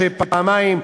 שפעמיים,